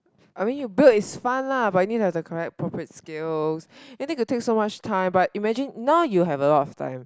I mean you build is fun lah but you need to have the correct appropriate skills you need to take so much time but imagine now you have a lot of time